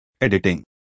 Editing